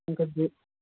ఇంకా